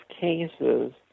cases